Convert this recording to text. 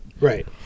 Right